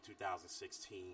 2016